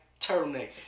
turtleneck